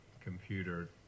computer